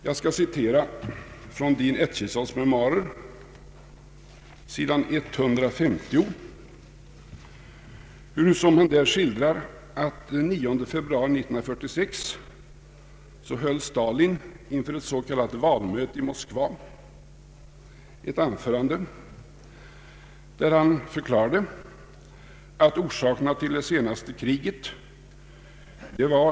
Jag skall citera från Dean Achesons memoarer på sidan 150, hurusom Stalin den 9 februari 1946 inför ett s.k. valmöte i Moskva höll ett anförande där Stalin förklarade att orsaken till det senaste kriget var nödvändigheten att Ang.